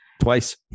twice